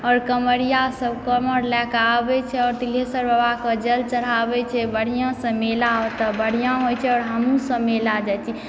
और काँवरिया सब काँवर लए कऽ आबै छै और तिल्हेश्वर बाबाके जल चढाबै छै बढिऑं सऽ मेला ओतऽ बढ़िऑं होइ छै और हमहुॅं सब मेला जाइ छी